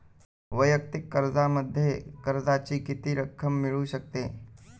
वैयक्तिक कर्जामध्ये कर्जाची किती रक्कम मिळू शकते?